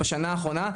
בשנה האחרונה,